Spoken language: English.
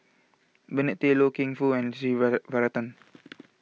Bernard Tan Loy Keng Foo and S Varathan